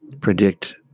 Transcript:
predict